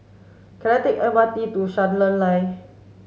can I take M R T to Charlton Lane